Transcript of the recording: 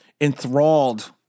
enthralled